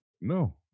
No